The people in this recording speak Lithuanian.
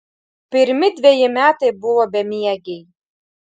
pirmi dveji metai buvo bemiegiai